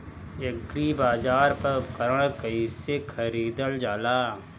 एग्रीबाजार पर उपकरण कइसे खरीदल जाला?